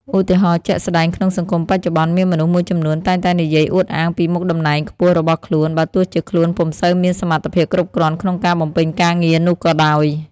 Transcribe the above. ឧទាហរណ៍ជាក់ស្តែងក្នុងសង្គមបច្ចុប្បន្ន មានមនុស្សមួយចំនួនតែងតែនិយាយអួតអាងពីមុខតំណែងខ្ពស់របស់ខ្លួន បើទោះជាខ្លួនពុំសូវមានសមត្ថភាពគ្រប់គ្រាន់ក្នុងការបំពេញការងារនោះក៏ដោយ។